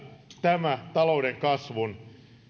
tämä talouden